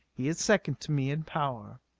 he is second to me in power.